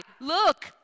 look